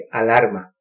alarma